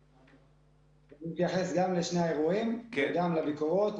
אני אתייחס גם לשני האירועים וגם לביקורות,